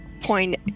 point